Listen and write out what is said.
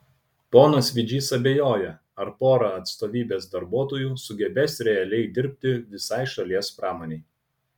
ponas vidžys abejoja ar pora atstovybės darbuotojų sugebės realiai dirbti visai šalies pramonei